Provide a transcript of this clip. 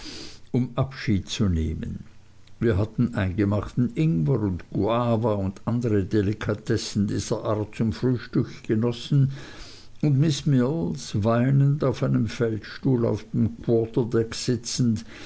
um abschied zu nehmen wir hatten eingemachten ingwer und guava und andere delikatessen dieser art zum frühstück genossen und miß mills weinend auf einem feldstuhl auf dem quarterdeck sitzend